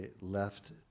left